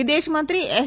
વિદેશમંત્રી એસ